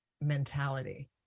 mentality